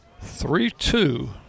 Three-two